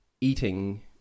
eating